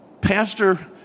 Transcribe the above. pastor